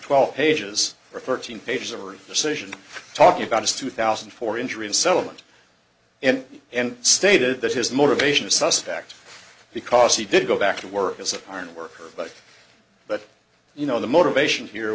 twelve pages were thirteen pages of our decision talking about his two thousand and four injury and settlement and and stated that his motivation is suspect because he did go back to work as a hard worker but but you know the motivation here